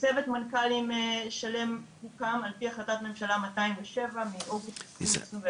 צוות מנכ"לים שלם הוקם וזאת על פי החלטת ממשלה 207 מאוגוסט 2021,